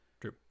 True